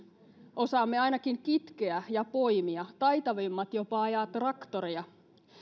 osaamme ainakin kitkeä ja poimia taitavimmat jopa ajaa traktoria